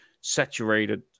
saturated